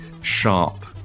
sharp